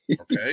Okay